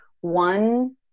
one